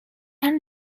and